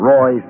Roy